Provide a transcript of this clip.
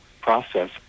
process